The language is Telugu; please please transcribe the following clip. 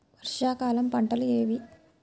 వర్షాకాలం పంటలు ఏవి?